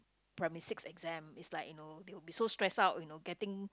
primary six exam its like you know they're be so stressed out you know getting